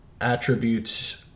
attributes